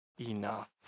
enough